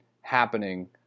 happening